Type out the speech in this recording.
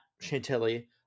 Chantilly